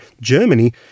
Germany